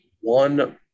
one